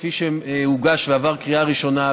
כפי שהוגש ועבר קריאה ראשונה,